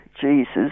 Jesus